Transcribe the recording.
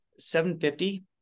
750